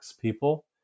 people